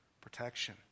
protection